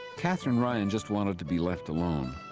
katherine ryan just wanted to be left alone.